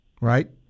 right